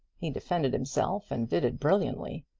he defended himself and did it brilliantly.